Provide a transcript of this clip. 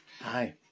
hi